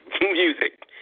music